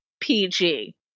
PG